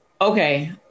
Okay